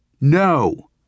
No